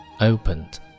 opened